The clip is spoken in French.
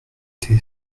thé